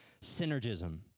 synergism